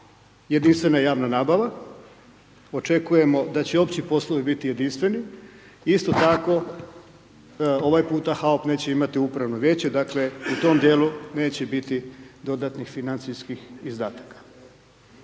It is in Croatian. jedinstvena javna nabava, očekujemo da će opći poslovi biti jedinstveni, isto tako, ovaj puta …/Govornik se ne razumije./… neće imati upravno vijeće, dakle, u tom dijelu neće biti dodatnih financijskih izdataka.